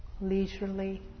leisurely